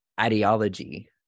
ideology